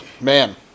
Man